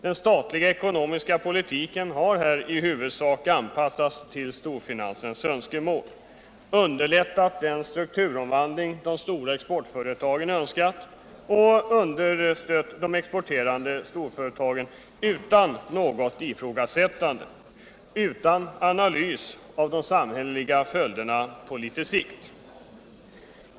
Den statliga ekonomiska politiken har här i huvudsak anpassats till storfinansens önskemål, underlättat den strukturomvandling de stora exportföretagen önskat och understött de exporterande storföretagen utan något ifrågasättande, utan analys av de samhälleliga följderna på sikt.